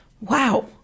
Wow